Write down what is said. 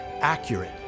accurate